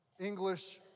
English